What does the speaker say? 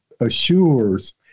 assures